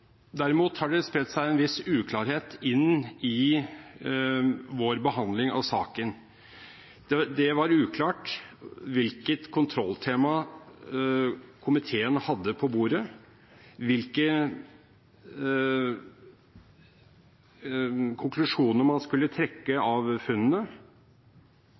Derimot har det spredt seg en viss uklarhet inn i vår behandling av saken. Det var uklart hvilket kontrolltema komiteen hadde på bordet, hvilke konklusjoner man skulle trekke av funnene,